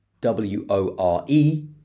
W-O-R-E